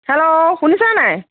hello শুনিছে নাই